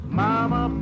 mama